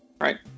right